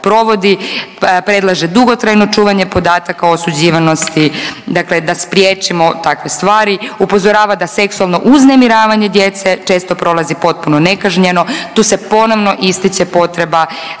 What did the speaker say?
Predlaže dugotrajno čuvanje podataka o osuđivanosti, dakle da spriječimo takve stvari. Upozorava da seksualno uznemiravanje djece često prolazi potpuno nekažnjeno. Tu se ponovno ističe potreba